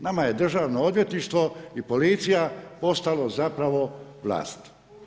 Nama je Državno odvjetništvo i policija, postalo zapravo vlast.